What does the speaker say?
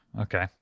Okay